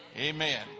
Amen